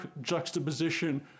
juxtaposition